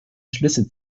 schlüsse